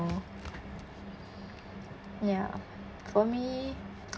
know ya for me